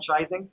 franchising